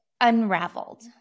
unraveled